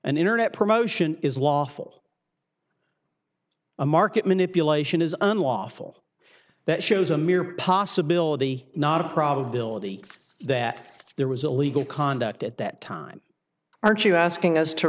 an internet promotion is lawful a market manipulation is unlawful that shows a mere possibility not a probability that there was illegal conduct at that time aren't you asking us to